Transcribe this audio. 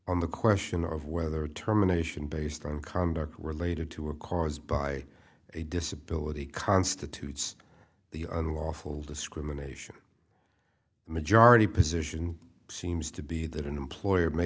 on the question of whether determination based on conduct related to a cause by a disability constitutes the unlawful discrimination the majority position seems to be that an employer may